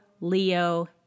Leo